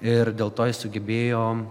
ir dėl to sugebėjo